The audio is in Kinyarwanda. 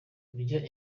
kurya